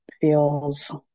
feels